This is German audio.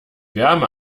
wärme